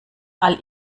all